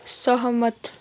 सहमत